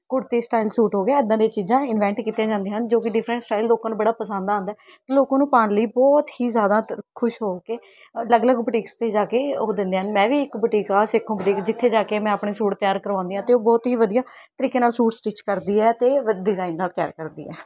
ਕੁੜਤੀ style suit ਹੋ ਗਿਆ ਇੱਦਾਂ ਦੀਆਂ ਚੀਜ਼ਾਂ ਇਨਵੈਂਟ ਕੀਤੀਆਂ ਜਾਂਦੀਆਂ ਹਨ ਜੋ ਕਿ ਡਿਫਰੈਂਟ ਸਟਾਈਲ ਲੋਕਾਂ ਨੂੰ ਬੜਾ ਪਸੰਦ ਆਉਂਦਾ ਲੋਕ ਉਹਨੂੰ ਪਾਉਣ ਲਈ ਬਹੁਤ ਹੀ ਜ਼ਿਆਦਾ ਤ ਖੁਸ਼ ਹੋ ਕੇ ਅਲੱਗ ਅਲੱਗ ਬੁਟੀਕਸ 'ਤੇ ਜਾ ਕੇ ਉਹ ਦਿੰਦੇ ਹਨ ਮੈਂ ਵੀ ਇੱਕ ਬੂਟੀਕ ਆ ਸੇਖੋਂ ਬੂਟੀਕ ਜਿੱਥੇ ਜਾ ਕੇ ਮੈਂ ਆਪਣੇ ਸੂਟ ਤਿਆਰ ਕਰਵਾਉਂਦੀ ਹਾਂ ਅਤੇ ਉਹ ਬਹੁਤ ਹੀ ਵਧੀਆ ਤਰੀਕੇ ਨਾਲ਼ ਸੂਟ ਸਟਿੱਚ ਕਰਦੀ ਹੈ ਅਤੇ ਵਧ ਡਿਜ਼ਾਇਨ ਨਾਲ ਤਿਆਰ ਕਰਦੀ ਹੈ